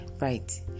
Right